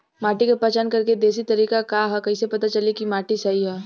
माटी क पहचान करके देशी तरीका का ह कईसे पता चली कि माटी सही ह?